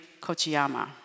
Kochiyama